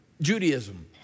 Judaism